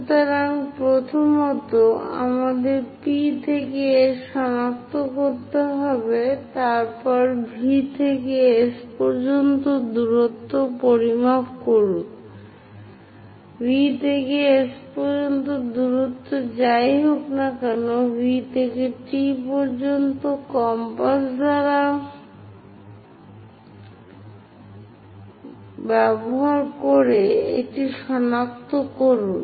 সুতরাং প্রথমত আমাদের P এবং S সনাক্ত করতে হবে তারপরে V থেকে S পর্যন্ত দূরত্ব পরিমাপ করুন V থেকে S পর্যন্ত দূরত্ব যাই হোক না কেন V থেকে T পর্যন্ত কম্পাস ব্যবহার করে এটিও সনাক্ত করুন